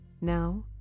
Now